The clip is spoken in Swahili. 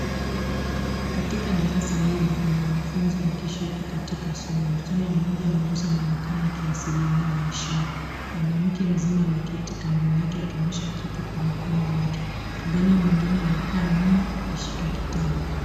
Katika darasa hili kuna wanafunzi wakishiriki katika somo. Msichana mmoja mweusi anaonekana akiwasiliana na ishara. Mwanamke mzima ameketi kando yake akionyesha kitu kwa mikono yake. Kijana mwengine amekaa nyuma akishika kitabu.